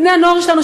בני-הנוער שלנו,